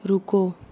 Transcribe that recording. रुको